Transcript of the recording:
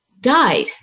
died